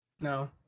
No